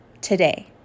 today